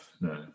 no